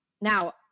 now